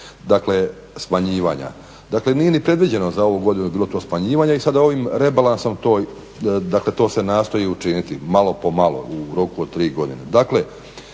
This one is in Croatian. dakle smanjivanja. Dakle, nije ni predviđeno za ovu godinu bilo to smanjivanje i sada ovim rebalansom to, dakle to se nastoji učiniti malo po malo u roku od tri godine.